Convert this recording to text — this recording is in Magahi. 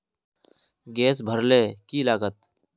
गैस भरले की लागत?